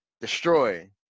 destroy